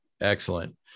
excellent